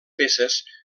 peces